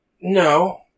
No